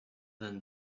than